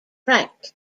frank